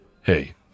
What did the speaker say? hey